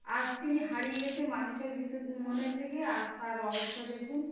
আজ তিনি হারিয়ে গিয়েছে মানুষের ভিতর মনের থেকে আজ তার অবস্থা দেখুন